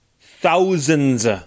thousands